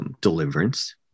Deliverance